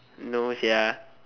no sia